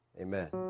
Amen